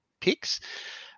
picks